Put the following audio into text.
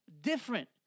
different